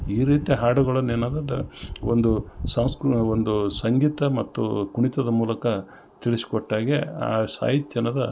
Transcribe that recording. ಈ ರೀತಿ ಹಾಡುಗಳನ್ ನೆನೆದಂಥ ಒಂದು ಸಂಸ್ಕು ಒಂದು ಸಂಗೀತ ಮತ್ತು ಕುಣಿತದ ಮೂಲಕ ತಿಳ್ಸಿ ಕೊಟ್ಟಾಗೆ ಆ ಸಾಹಿತ್ಯ ಅನ್ನೊದು